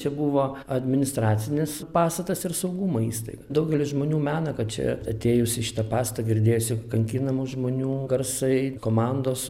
čia buvo administracinis pastatas ir saugumo įstaiga daugelis žmonių mena kad čia atėjus į šitą pastą girdėjosi kankinamų žmonių garsai komandos